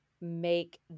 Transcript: make